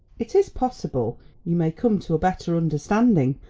it is possible you may come to a better understanding,